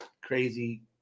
crazy